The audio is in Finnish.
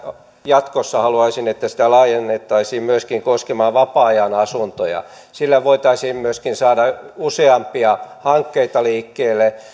jatkoissa haluaisin että sitä laajennettaisiin koskemaan myöskin vapaa ajanasuntoja sillä voitaisiin myöskin saada useampia hankkeita liikkeelle